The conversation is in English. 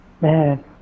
Man